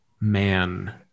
Man